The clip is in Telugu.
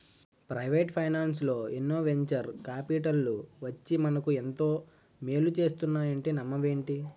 ప్రవేటు ఫైనాన్సల్లో ఎన్నో వెంచర్ కాపిటల్లు వచ్చి మనకు ఎంతో మేలు చేస్తున్నాయంటే నమ్మవేంటి?